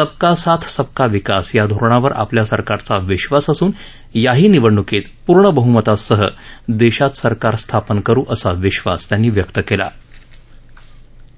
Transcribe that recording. सबका साथ सबका विकास या धोरणावर आपल्या सरकारचा विद्वास असून याही निवडणुकीत पूर्ण बहुमतासह देशात सरकार स्थापन करु असा विधास त्यांनी व्यक्त केला